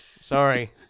Sorry